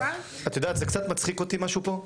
מירב, את יודעת, זה קצת מצחיק אותי משהו פה.